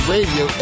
Radio